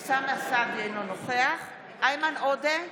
אינו נוכח איימן עודה,